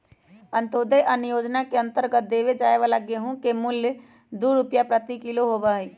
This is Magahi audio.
अंत्योदय अन्न योजना के अंतर्गत देवल जाये वाला गेहूं के मूल्य दु रुपीया प्रति किलो होबा हई